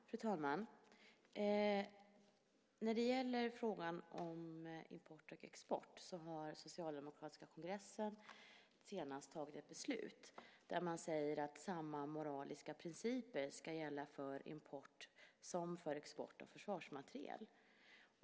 Herr talman! När det gäller frågan om import och export har den senaste socialdemokratiska kongressen tagit ett beslut om att samma moraliska principer ska gälla för import som för export av försvarsmateriel.